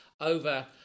over